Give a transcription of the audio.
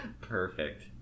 Perfect